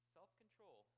Self-control